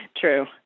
True